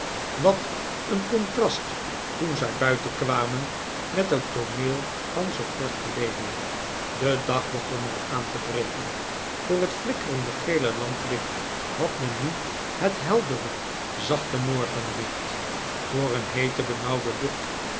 wat een contrast toen zij buiten kwamen met het tooneel van zoo kort geleden de dag begon al aan te breken voor het flikkerende gele lamplicht had men nu het heldere zachte morgenlicht voor een heete benauwde lucht